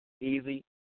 easy